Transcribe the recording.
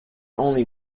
only